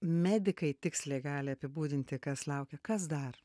medikai tiksliai gali apibūdinti kas laukia kas dar